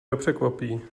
nepřekvapí